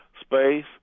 space